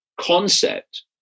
concept